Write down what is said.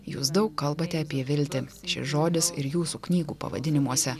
jūs daug kalbate apie viltį šis žodis ir jūsų knygų pavadinimuose